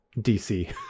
DC